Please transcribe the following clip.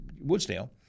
Woodsdale